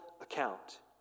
account